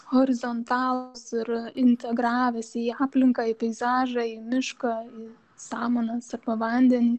horizontalūs ir integravęsi į aplinką į peizažą į mišką samanas arba vandenį